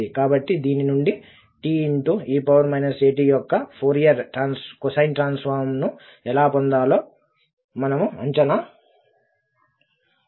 కాబట్టి దీని నుండి te at యొక్క ఫోరియర్ కొసైన్ ట్రాన్సఫార్మ్ ను ఎలా పొందాలో మనము అంచనా వేస్తాము